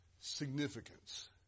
significance